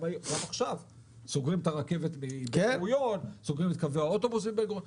גם עכשיו סוגרים את הרכבת ואת קווי האוטובוסים מבן-גוריון,